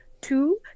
two